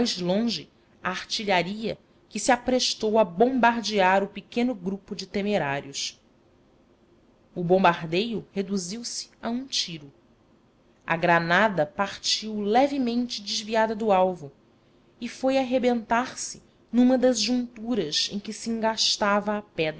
longe a artilharia que se aprestou a bombardear o pequeno grupo de temerários o bombardeio reduziu-se a um tiro a granada partiu levemente desviada do alvo e foi arrebentar numa das junturas em que se engastava